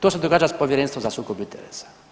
To se događa s Povjerenstvom za sukob interesa.